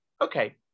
Okay